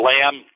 Lamb